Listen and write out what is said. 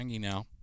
now